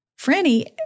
Franny